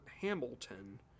Hamilton